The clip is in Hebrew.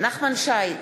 נחמן שי,